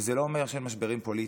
וזה לא אומר שאין משברים פוליטיים,